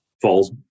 falls